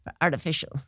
artificial